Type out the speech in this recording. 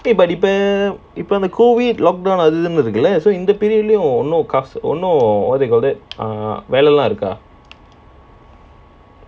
eh இப்போ இந்த:ippo indha COVID lockdown so இந்த:indha no uh what they call it வேலலாம் இருக்கா:velalaam irukkaa